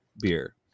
beer